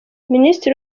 minisitiri